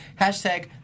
Hashtag